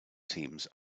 teams